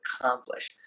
accomplish